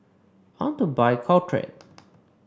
I want to buy Caltrate